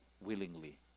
willingly